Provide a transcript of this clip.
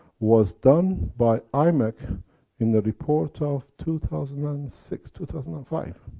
was done by imec in the report of two thousand and six, two thousand and five,